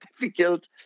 difficult